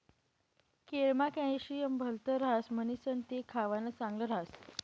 केळमा कॅल्शियम भलत ह्रास म्हणीसण ते खावानं चांगल ह्रास